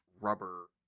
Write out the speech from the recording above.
rubber